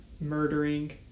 murdering